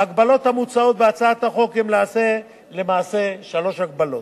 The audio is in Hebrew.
ההגבלות המוצעות בהצעת החוק הן למעשה שלוש הגבלות: